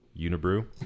Unibrew